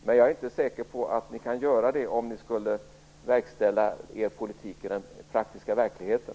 Men jag är inte säker på att ni kan göra det om ni verkställer er politik i verkligheten.